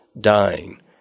dying